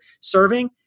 serving